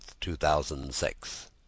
2006